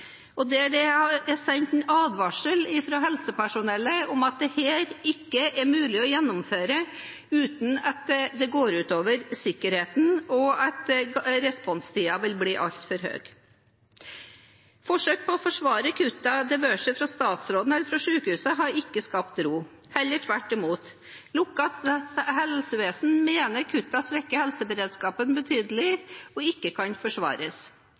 Det er der sendt en advarsel fra helsepersonellet om at dette ikke er mulig å gjennomføre uten at det går ut over sikkerheten, og at responstiden vil bli altfor høy. Forsøkene på å forsvare kuttene, det være seg fra statsråden eller fra sykehusene, har ikke skapt ro, heller tvert imot. Lokalt helsevesen mener kuttene svekker helseberedskapen betydelig og ikke kan forsvares.